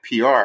PR